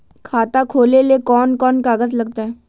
खाता खोले ले कौन कौन कागज लगतै?